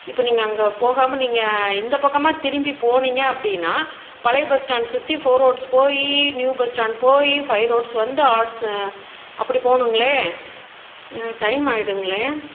இப்போ நீங்கள் அங்கே போகாமல் நீங்கள் இந்தப்பக்கமாக திரும்பி போனீங்க அப்படின்னா பழைய பஸ் ஸ்டாண்ட் சுற்றி ஃபோர் ரோட்ஸ் போய் நியூ பஸ் ஸ்டாண்ட் போய் ஃபை ரோட்ஸ் வந்து ஆர்ட்ஸ் அப்படி போகனுங்களே எனக்கு டைம் ஆயிடுங்களே